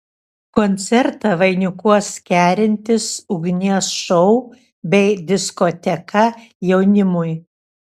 koncertą vainikuos kerintis ugnies šou bei diskoteka jaunimui